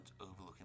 overlooking